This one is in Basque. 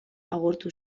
agortu